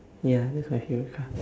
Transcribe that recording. ya that's my favourite car